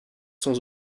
sans